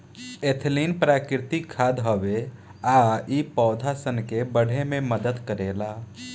ethylene प्राकृतिक खाद हवे आ इ पौधा सन के बढ़े में मदद करेला